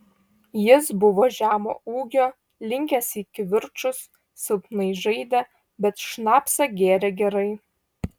jis buvo žemo ūgio linkęs į kivirčus silpnai žaidė bet šnapsą gėrė gerai